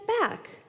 back